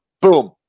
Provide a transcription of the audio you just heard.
Boom